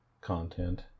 content